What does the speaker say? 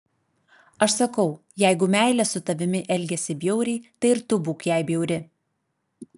aš sakau jeigu meilė su tavimi elgiasi bjauriai tai ir tu būk jai bjauri